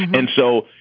and so,